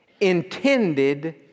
intended